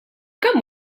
kemm